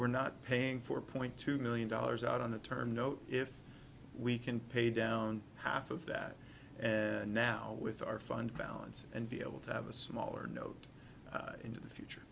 we're not paying four point two million dollars out on a term note if we can pay down half of that and now with our fund balance and be able to have a smaller note in the future